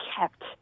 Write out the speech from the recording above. kept